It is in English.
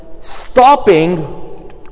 stopping